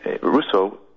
Russo